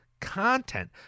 content